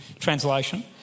translation